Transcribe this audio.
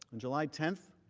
on july ten,